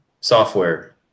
software